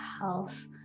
health